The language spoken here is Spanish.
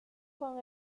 con